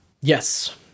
yes